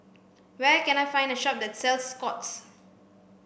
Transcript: where can I find a shop that sells Scott's